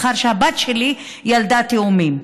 לאחר שהבת שלי ילדה תאומים.